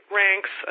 ranks